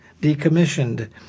decommissioned